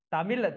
Tamil